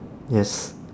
yes